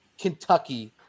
Kentucky